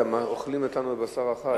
כי אוכלים אותנו בבשר החי...